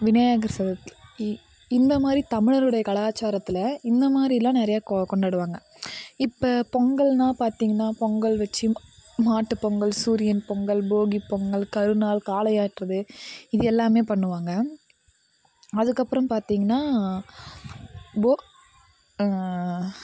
விநாயகர் சதுர்த்தி இந்தமாதிரி தமிழருடைய கலாச்சாரத்தில் இந்தமாதிரிலாம் நிறையா கொண்டாடுவாங்க இப்போ பொங்கல்னா பார்த்திங்கனா பொங்கல் வெச்சு மாட்டுப்பொங்கல் சூரியன் பொங்கல் போகிப்பொங்கல் கருநாள் காளை ஆட்றது இது எல்லாம் பண்ணுவாங்க அதுக்கப்புறம் பார்த்திங்கன்னா